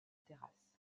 terrasse